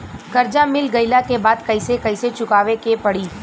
कर्जा मिल गईला के बाद कैसे कैसे चुकावे के पड़ी?